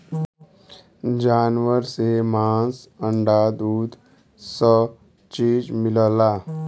जानवर से मांस अंडा दूध स चीज मिलला